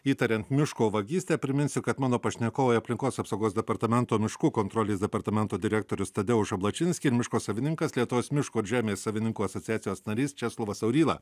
įtariant miško vagystę priminsiu kad mano pašnekovai aplinkos apsaugos departamento miškų kontrolės departamento direktorius tadeuš ablačinskyj miško savininkas lietuvos miško žemės savininkų asociacijos narys česlovas auryla